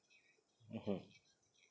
mmhmm